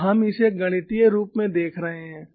अब हम इसे गणितीय रूप से देख रहे हैं